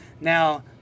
Now